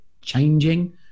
changing